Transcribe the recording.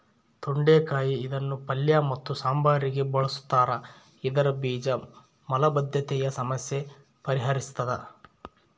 ತೊಂಡೆಕಾಯಿ ಇದನ್ನು ಪಲ್ಯ ಮತ್ತು ಸಾಂಬಾರಿಗೆ ಬಳುಸ್ತಾರ ಇದರ ಬೀಜ ಮಲಬದ್ಧತೆಯ ಸಮಸ್ಯೆ ಪರಿಹರಿಸ್ತಾದ